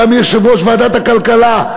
גם יושב-ראש ועדת הכלכלה,